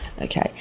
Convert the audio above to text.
Okay